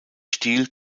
stil